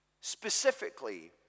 Specifically